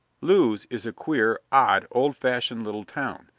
lewes is a queer, odd, old-fashioned little town,